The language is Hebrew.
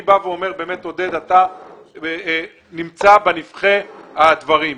אני אומר לך עודד, אתה נמצא בנבכי הדברים.